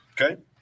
Okay